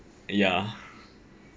ya